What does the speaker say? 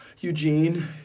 Eugene